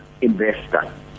investor